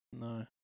No